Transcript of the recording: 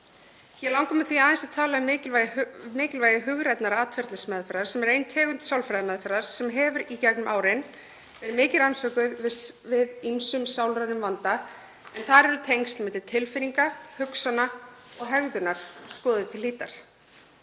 Hér langar mig, því aðeins er talað um mikilvægi hugrænnar atferlismeðferðar sem er ein tegund sálfræðimeðferðar sem hefur í gegnum árin verið mikið rannsökuð við ýmsum sálrænum vanda en þar eru tengsl milli tilfinninga, hugsana og hegðunar skoðuð til hlítar.